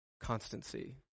Constancy